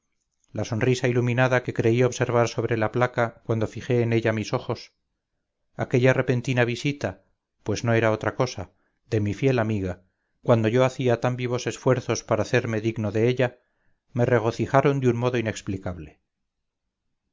la sonrisa iluminada que creí observar sobre la placa cuando fijé en ella mis ojos aquella repentina visita pues no era otra cosa de mi fiel amiga cuando yo hacía tan vivos esfuerzos para hacerme digno de ella me regocijaron de un modo inexplicable